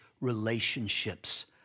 relationships